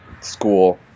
school